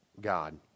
God